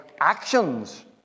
actions